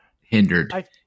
hindered